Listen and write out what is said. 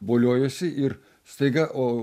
voliojuosi ir staiga o